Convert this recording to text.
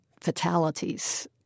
fatalities